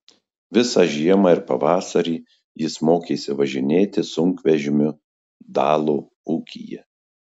visą žiemą ir pavasarį jis mokėsi važinėti sunkvežimiu dalo ūkyje